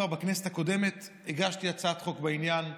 בכנסת הקודמת הגשתי הצעת חוק בעניינו,